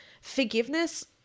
forgiveness